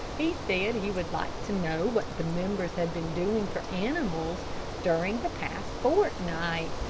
he said he would like to know what the members had been doing for animals during the past fortnight.